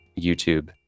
YouTube